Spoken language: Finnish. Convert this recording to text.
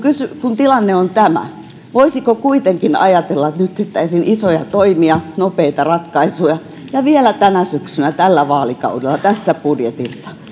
kun tilanne on tämä voisiko kuitenkin ajatella että nyt tehtäisiin isoja toimia ja nopeita ratkaisuja ja vielä tänä syksynä tällä vaalikaudella tässä budjetissa